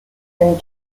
and